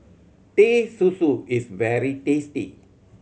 Teh Susu is very tasty